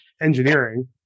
engineering